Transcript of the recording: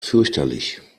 fürchterlich